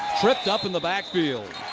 tripped up in the backfield.